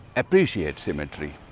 appreciate symmetry.